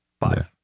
five